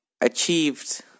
achieved